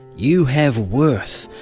you have worth.